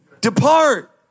Depart